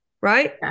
right